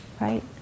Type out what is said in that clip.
right